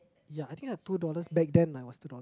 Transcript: ya I think like two dollars back then like was two dollars